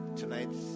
tonight